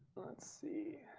let's see.